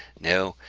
no,